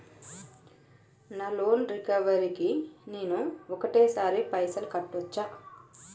నా loan recovery కి నేను ఒకటేసరి పైసల్ కట్టొచ్చా?